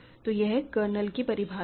तो यह कर्नल की परिभाषा है